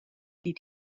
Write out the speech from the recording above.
die